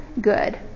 good